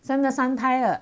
三个三台了